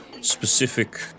specific